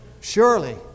Surely